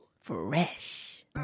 Fresh